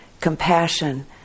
compassion